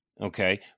Okay